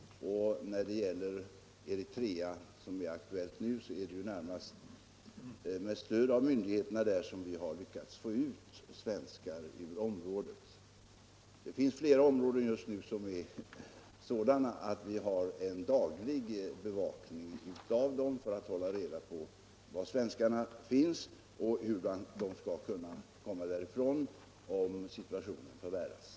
När det gäller Eritrea, som är aktuellt nu, är det närmast med stöd av myndigheterna där som vi lyckats få ut svenskar ur området. Det finns flera områden just nu som är sådana att vi har en daglig bevakning av dem för att hålla reda på var svenskarna finns och hur de skall kunna komma därifrån om situationen förvärras.